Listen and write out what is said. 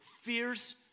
fierce